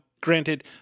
granted